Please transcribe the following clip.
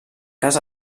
cas